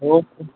okay